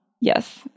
Yes